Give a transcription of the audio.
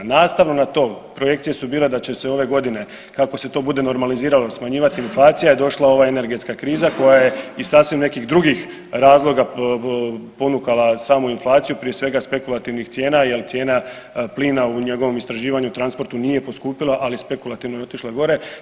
Nastavno na to projekcije su bile da će se ove godine kako se to bude normaliziralo smanjivati inflacija i došla ova energetska kriza koja je iz sasvim nekih drugih razloga ponukala samu inflaciju prije svega spekulativnih cijena jel cijena plina u njegovom istraživanju, transportu nije poskupila, ali spekulativno je otišla gore.